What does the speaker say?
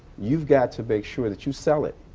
you've got to make sure that you sell it.